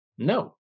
No